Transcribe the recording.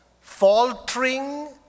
faltering